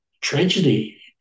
tragedy